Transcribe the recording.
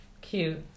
Cute